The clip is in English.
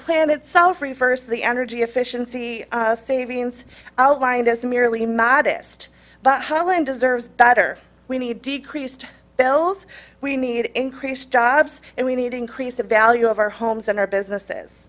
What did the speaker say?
plan itself reversed the energy efficiency savings outlined as merely modest but helen deserves better we need decreased bills we need increased jobs and we need to increase the value of our homes and our businesses